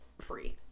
free